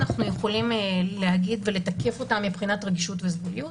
אנחנו יכולים לתקף אותה מבחינת רגישות וסגוליות.